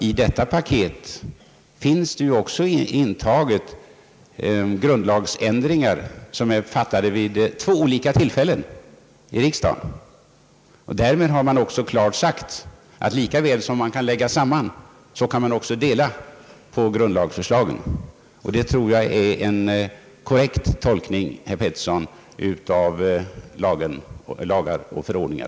I paketet finns även grundlagsändringar som riksdagen tidigare har beslutat vid två olika tillfällen. Därmed är det också klargjort att lika väl som man kan lägga samman olika beslut kan man dela upp en gång beslutade grundlagsändringar -— det tror jag är en korrekt tolkning, herr Pettersson, av lagar och förordningar.